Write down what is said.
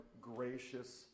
gracious